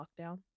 lockdown